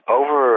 over